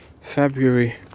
February